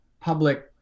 public